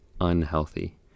unhealthy